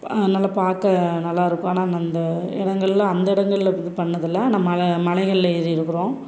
நல்லா பார்க்க நல்லா இருக்கும் ஆனால் அந்த இடங்கள்ல அந்த இடங்கள்ல இது பண்ணதில்லை ஆனால் ம மலைகளில் ஏறியிருக்கிறோம்